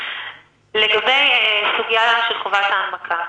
לגבי סוגיית חובת ההנמקה.